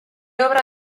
obra